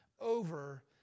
over